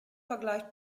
vergleicht